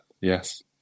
yes